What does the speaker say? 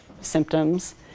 symptoms